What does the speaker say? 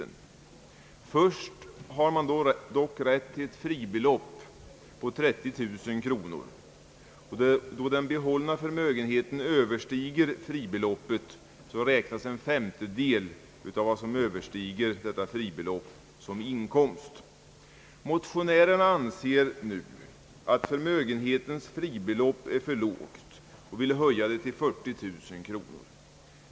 Först har man dock rätt till ett fribelopp på 30 000 kronor, och då den behållna förmögenheten överstiger detta belopp, räknas en femtedel därav som inkomst. Motionärerna anser nu, att förmögenhetens fribelopp är för lågt och vill höja det till 40 000 kronor.